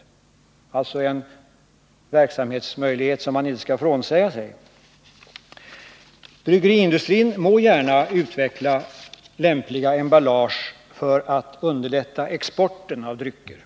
Detta är alltså en verksamhetsmöjlighet som man inte skall frånsäga sig. Bryggeriindustrin må gärna utveckla lämpliga emballage för att underlätta exporten av drycker,